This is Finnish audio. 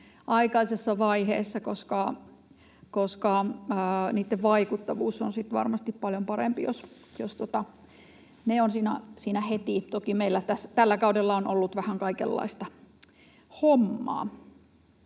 aikaisessa vaiheessa, koska niitten vaikuttavuus on sitten varmasti paljon parempi, jos ne ovat siinä heti. Toki meillä tällä kaudella on ollut vähän kaikenlaista hommaa.